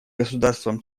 государствам